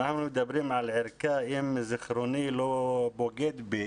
אנחנו מדברים על ערכה אם זיכרוני לא בוגד בי